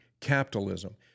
capitalism